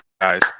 guys